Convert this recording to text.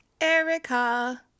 Erica